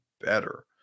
better